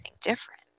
different